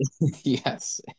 Yes